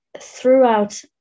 throughout